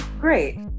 Great